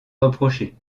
reprocher